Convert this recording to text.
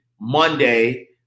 Monday